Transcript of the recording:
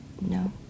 No